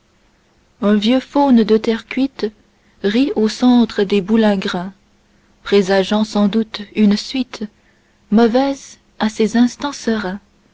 un vieux faune de terre cuite rit au centre des boulingrins présageant sans doute une suite mauvaise à ces instants sereins